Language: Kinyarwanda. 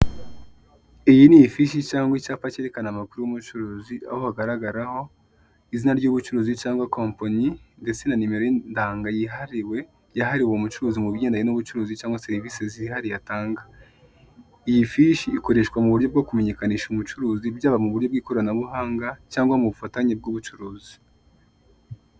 Iyi ni ifishi cyangwa icyapa kerekana amakuru y'umucuruzi aho hagaragaraho izina ry'ubucuruzi cyangwa kompanyi ndetse na nimero y'indanga yihariwe yahariwe umucuruzi mu bigendanye n'ubucuruzi cyangwa serivise zihariye atanga, iyi fishi ikoreshwa mu buryo bwo kumenyekanisha umucuruzi byaba mu buryo bw'ikoranabuhanga cyangwa mu bufatanye bw'ubucuruzi.